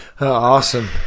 Awesome